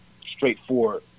straightforward